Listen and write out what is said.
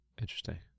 Interesting